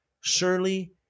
Surely